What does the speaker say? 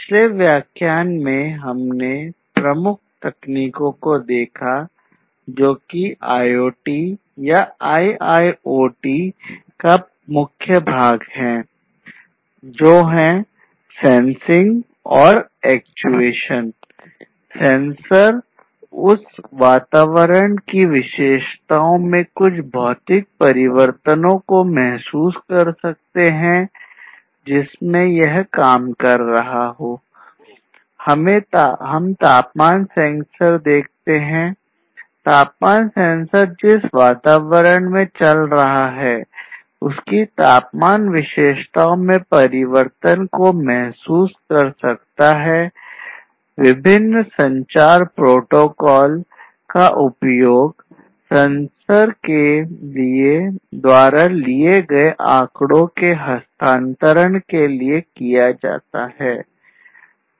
पिछले व्याख्यान में हमने प्रमुख तकनीकों को देखा है जो कि IoT या IIoT का मुख्य भाग हैं जो है सेंसिंग के लिए किया जाता है